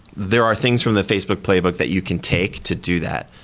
there are things from the facebook playbook that you can take to do that,